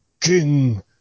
King